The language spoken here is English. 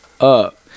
up